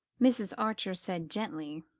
mrs. archer said gently.